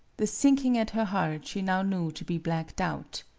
the sink ing at her heart she now knew to be black doubt.